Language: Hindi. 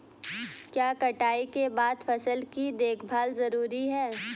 क्या कटाई के बाद फसल की देखभाल जरूरी है?